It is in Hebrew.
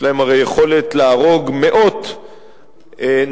יש להם הרי יכולת להרוג מאות נשים,